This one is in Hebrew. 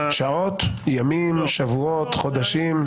שעות, ימים, שבועות, חודשים?